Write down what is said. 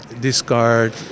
discard